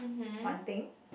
one thing